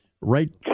right